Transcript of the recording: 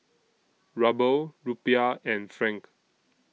Ruble Rupiah and Franc